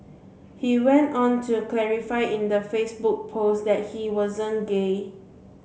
he went on to clarify in the Facebook post that he wasn't gay